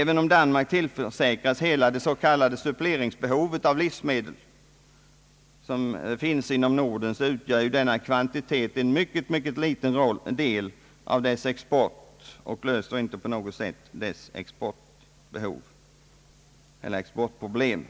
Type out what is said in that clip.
även om Danmark tillförsäkras hela det s.k. suppleringsbehov av livsmedel, som finns inom Norden, utgör denna kvantitet en ytterst liten del av Danmarks exportbehov och löser inte på något sätt de danska problemen.